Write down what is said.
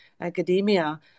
academia